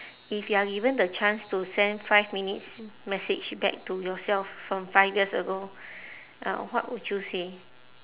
if you are given the chance to send five minutes message back to yourself from five years ago uh what would you say